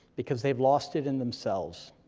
because they've lost it in themselves.